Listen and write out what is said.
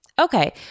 Okay